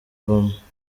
ubumwe